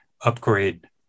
upgrade